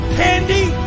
candy